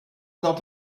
not